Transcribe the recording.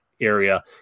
area